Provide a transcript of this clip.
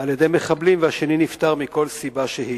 על-ידי מחבלים והשני נפטר מכל סיבה שהיא.